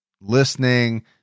listening